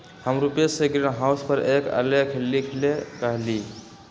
हम रूपेश से ग्रीनहाउस पर एक आलेख लिखेला कहली